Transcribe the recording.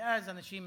ואז אנשים